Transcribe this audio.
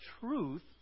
truth